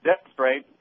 demonstrate